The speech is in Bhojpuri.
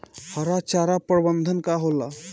हरा चारा प्रबंधन का होला?